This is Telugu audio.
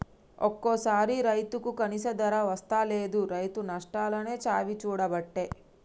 ఒక్కోసారి రైతుకు కనీస ధర వస్తలేదు, రైతు నష్టాలనే చవిచూడబట్టే